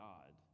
God